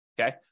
Okay